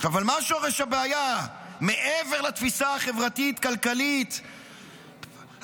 אבל מה שורש הבעיה מעבר לתפיסה החברתית-כלכלית האולטרה-שמרנית,